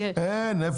אין שום דבר.